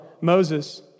Moses